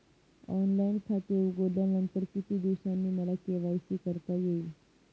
Online खाते उघडल्यानंतर किती दिवसांनी मला के.वाय.सी करता येईल?